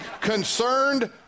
concerned